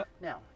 Now